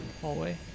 hallway